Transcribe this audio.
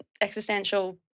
existential